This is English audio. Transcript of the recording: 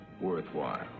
worthwhile